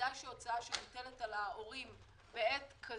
ודאי שהוצאה שמוטלת על ההורים בעת כזו,